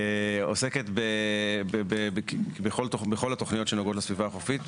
עוסקת בכל התוכניות שנוגעות לסביבה החופית.